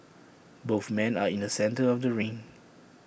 both men are in the centre of the ring